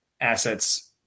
assets